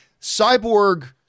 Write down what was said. Cyborg